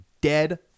dead